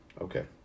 Okay